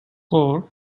four